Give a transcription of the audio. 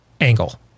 angle